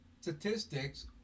statistics